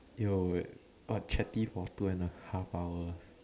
yo what chatty for two and a half hour